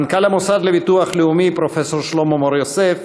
מנכ"ל המוסד לביטוח לאומי פרופסור שלמה מור-יוסף,